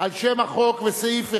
על שם החוק וסעיף 1,